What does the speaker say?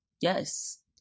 yes